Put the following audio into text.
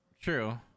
True